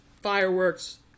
fireworks